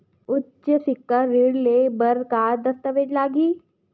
उच्च सिक्छा ऋण ले बर का का दस्तावेज लगही?